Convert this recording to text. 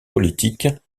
politiques